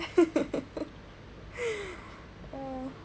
oh